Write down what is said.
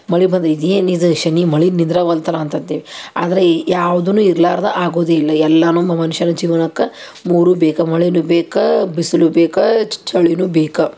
ಮಳೆ ಬಂದರೆ ಇದೇನು ಇದು ಶನಿ ಮಳೆ ನಿದ್ರಾವಲ್ತಲ ಅಂತ ಅಂತೀವಿ ಆದ್ರೆ ಈ ಯಾವ್ದೂನು ಇರ್ಲಾರ್ದೆ ಆಗುವುದಿಲ್ಲ ಎಲ್ಲನೂ ಮನುಷ್ಯನ ಜೀವ್ನಕ್ಕೆ ಮೂರೂ ಬೇಕು ಮಳೆನೂ ಬೇಕು ಬಿಸಿಲೂ ಬೇಕು ಚಳಿಯೂ ಬೇಕು